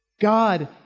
God